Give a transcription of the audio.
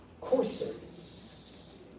courses